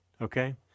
okay